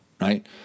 Right